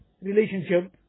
relationship